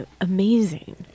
amazing